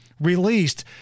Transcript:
released